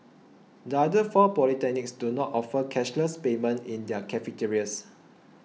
the other four polytechnics do not offer cashless payment in their cafeterias